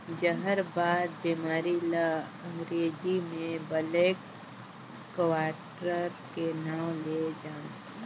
जहरबाद बेमारी ल अंगरेजी में ब्लैक क्वार्टर के नांव ले जानथे